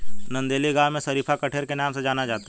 नंदेली गांव में शरीफा कठेर के नाम से जाना जाता है